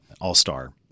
all-star